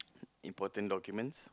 important documents